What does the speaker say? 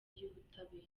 y’ubutabera